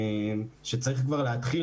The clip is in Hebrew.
שצריך להתחיל